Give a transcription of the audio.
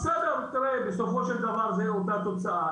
בסדר, תראה, בסופו של דבר זה אותה תוצאה.